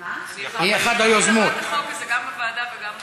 גם בוועדה וגם פה.